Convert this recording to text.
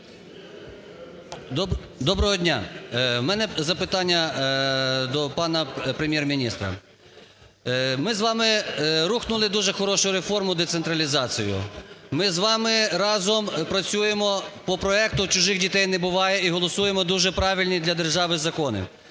Доброго дня, у мене запитання до пана Прем'єр-міністра. Ми з вами рухнули дуже хорошу реформу - децентралізацію, ми з вами разом працюємо по проекту "Чужих дітей не буває" і голосуємо дуже правильні для держави закони.